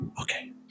Okay